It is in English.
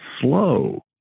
slow